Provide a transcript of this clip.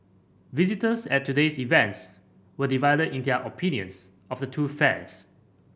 visitors at today's events were divided in their opinions of the two fairs